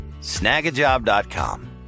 Snagajob.com